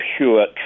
Pure